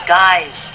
guys